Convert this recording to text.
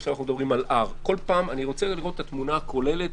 עכשיו על R. אני רוצה לראות את התנועה הכוללת.